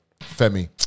Femi